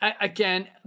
Again